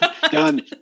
Done